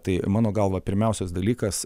tai mano galva pirmiausias dalykas